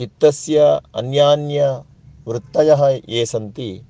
चित्तस्य अन्यान्य वृत्तयः ये सन्ति